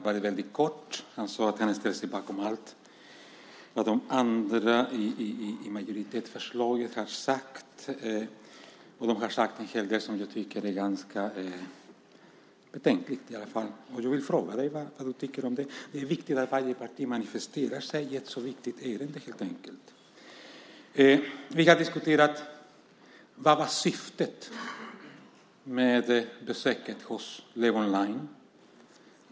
Herr talman! Mikael Johansson fattade sig väldigt kort och ställde sig bakom allt som de andra sagt i majoritetsförslaget. De har sagt en hel del som jag tycker är ganska betänkligt. Jag vill fråga vad du, Mikael, tycker. Det är helt enkelt viktigt att varje parti manifesterar sin ståndpunkt i ett så här viktigt ärende. Vi har diskuterat vad som var syftet med besöket hos Levonline.